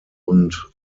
und